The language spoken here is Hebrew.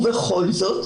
ובכל זאת,